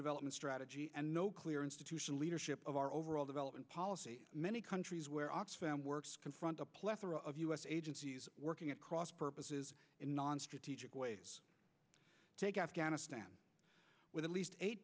development strategy and no clear institutional leadership of our overall development policy many countries where oxfam works confront a plethora of us agencies working at cross purposes in non strategic way take afghanistan with at least eight